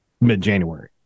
mid-January